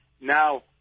Now